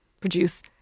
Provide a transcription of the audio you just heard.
produce